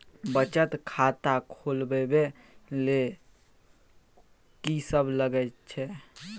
बचत खाता खोलवैबे ले ल की सब लगे छै?